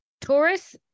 Taurus